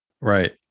Right